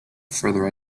further